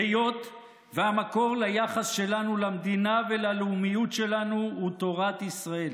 היות שהמקור ליחס שלנו למדינה וללאומיות שלנו הוא תורת ישראל.